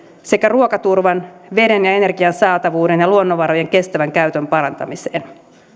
sekä ruokaturvan veden ja energian saatavuuden ja luonnonvarojen kestävän käytön parantamiseen